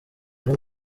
ari